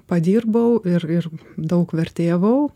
padirbau ir ir daug vertėjavau